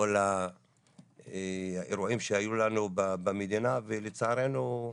כל האירועים שהיו לנו במדינה ולצערנו,